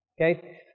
okay